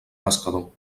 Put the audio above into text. pescador